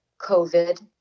COVID